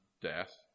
death